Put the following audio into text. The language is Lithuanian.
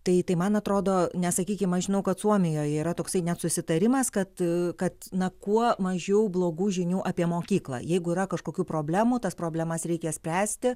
tai tai man atrodo nesakykim aš žinau kad suomijoj yra toksai net susitarimas kad kad na kuo mažiau blogų žinių apie mokyklą jeigu yra kažkokių problemų tas problemas reikia spręsti